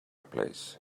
place